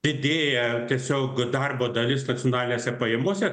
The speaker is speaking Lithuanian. idėja tiesiog darbo dalis nacionalinėse pajamose